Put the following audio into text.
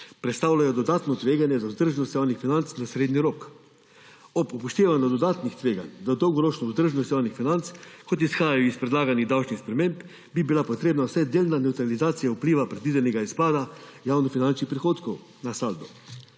predstavljajo dodatno tveganje za vzdržnost javnih financ na srednji rok. Ob upoštevanju dodatnih tveganj za dolgoročno vzdržnost javnih financ, kot izhajajo iz predlaganih davčnih sprememb, bi bila potrebna vsaj delna nevtralizacija vpliva predvidenega izpada javnofinančnih prihodkov na saldu.